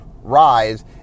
Rise